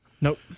Nope